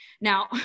Now